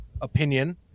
opinion